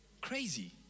crazy